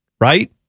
right